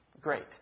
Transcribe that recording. Great